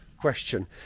question